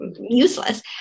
useless